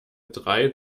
drei